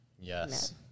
Yes